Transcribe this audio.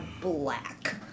black